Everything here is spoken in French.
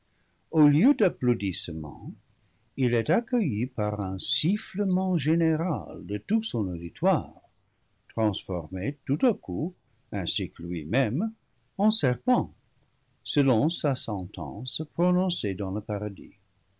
au lieu d'applaudissements il est accueilli par un sifflement général de tout son auditoire transformé tout à coup ainsi que lui-même en serpents selon sa sentence prononcée dans le paradis